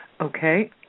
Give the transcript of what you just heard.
Okay